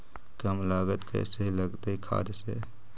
कम लागत कैसे लगतय खाद से?